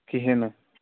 کہیٖنٛۍ نہٕ